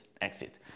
exit